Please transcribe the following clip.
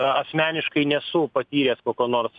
asmeniškai nesu patyręs kokio nors